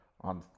on